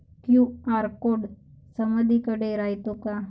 QR code समदीकडे रायतो का?